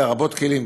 לרבות כלים,